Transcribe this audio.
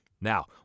Now